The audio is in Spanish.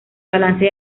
balance